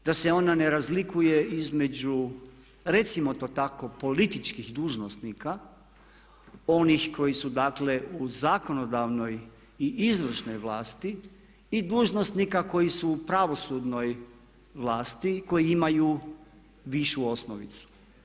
Da se ona ne razlikuje između recimo to tako političkih dužnosnika onih koji su dakle u zakonodavnoj i izvršnoj vlasti i dužnosnika koji su u pravosudnoj vlasti i koji imaju višu osnovicu.